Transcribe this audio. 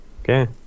Okay